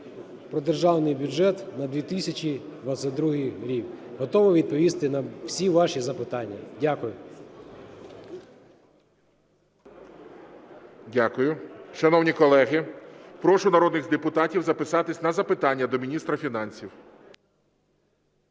про Державний бюджет на 2022 рік. Готовий відповісти на всі ваші запитання. Дякую. ГОЛОВУЮЧИЙ. Дякую. Шановні колеги, прошу народних депутатів записатись на запитання до міністра фінансів.